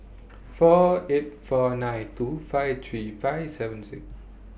four eight four nine two five three five seven six